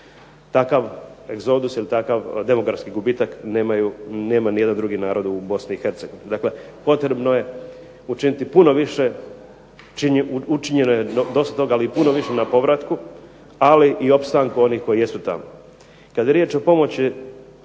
Takav egzodus ili takav demografski gubitak nema nijedan drugi narod u BiH. Dakle, potrebno je učiniti puno više. Učinjeno je dosta toga, ali puno više na povratku, ali i opstanku onih koji jesu tamo. Kad je riječ o pomoći